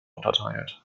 unterteilt